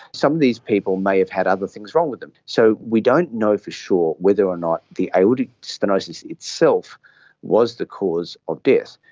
some of these people may have had other things wrong with them. so we don't know for sure whether or not the aortic stenosis itself was the cause of death.